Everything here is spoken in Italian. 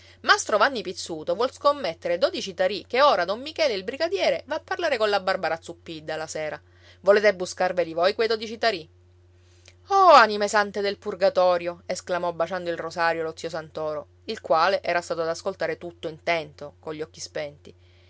mastro vanni pizzuto vuol scommettere dodici tarì che ora don michele il brigadiere va a parlare colla barbara zuppidda la sera volete buscarveli voi quei dodici tarì o anime sante del purgatorio esclamò baciando il rosario lo zio santoro il quale era stato ad ascoltare tutto intento cogli occhi spenti